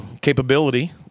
capability